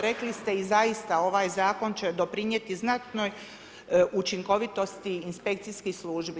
Rekli ste i zaista ovaj zakon će doprinijeti znatnoj učinkovitosti inspekcijskih službi.